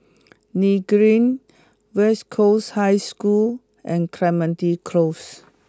Nim Green West Coast High School and Clementi Close